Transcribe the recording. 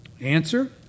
Answer